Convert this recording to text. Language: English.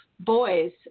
boys